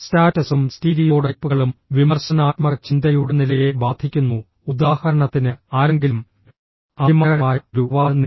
സ്റ്റാറ്റസും സ്റ്റീരിയോടൈപ്പുകളും വിമർശനാത്മക ചിന്തയുടെ നിലയെ ബാധിക്കുന്നു ഉദാഹരണത്തിന് ആരെങ്കിലും അഭിമാനകരമായ ഒരു അവാർഡ് നേടി